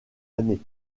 années